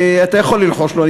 אתה יכול ללחוש לו,